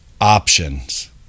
options